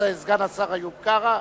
אז סגן השר איוב קרא,